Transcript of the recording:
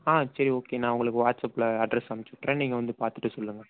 ஆ சரி ஓகே நா உங்களுக்கு வாட்ஸ்அப்பில் அட்ரஸ் அமுச்சுவிட்டுறேன் நீங்கள் வந்து பார்த்துட்டு சொல்லுங்கள்